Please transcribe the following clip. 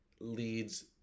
leads